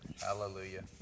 Hallelujah